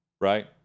right